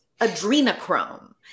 adrenochrome